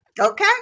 Okay